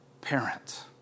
parent